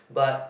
but